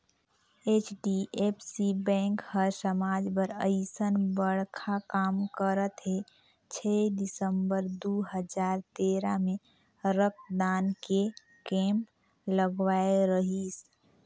HDFC bank हर समाज बर अइसन बड़खा काम करत हे छै दिसंबर दू हजार तेरा मे रक्तदान के केम्प लगवाए रहीस